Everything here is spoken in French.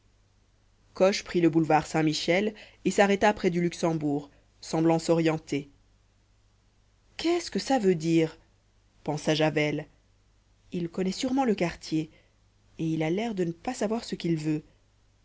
coche prit le boulevard saint-michel et s'arrêta près du luxembourg semblant s'orienter qu'est-ce que ça veut dire pensa javel il connaît sûrement le quartier et il a l'air de ne pas savoir ce qu'il veut